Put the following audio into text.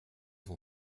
vont